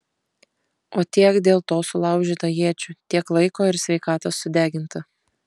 o tiek dėl to sulaužyta iečių tiek laiko ir sveikatos sudeginta